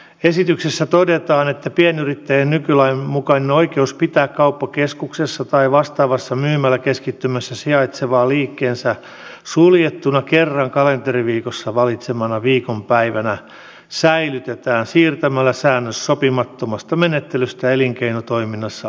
esityksessä todetaan että pienyrittäjän nykylain mukainen oikeus pitää kauppakeskuksessa tai vastaavassa myymäläkeskittymässä sijaitseva liikkeensä suljettuna kerran kalenteriviikossa valitsemanaan viikonpäivänä säilytetään siirtämällä säännös sopimattomasta menettelystä elinkeinotoiminnassa annettuun lakiin